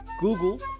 Google